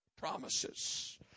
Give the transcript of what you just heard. Promises